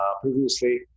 previously